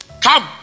Come